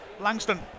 Langston